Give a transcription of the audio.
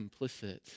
complicit